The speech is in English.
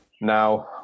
now